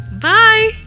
Bye